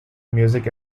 music